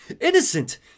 Innocent